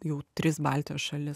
jau tris baltijos šalis